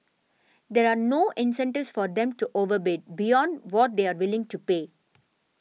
there are no incentives for them to overbid beyond what they are willing to pay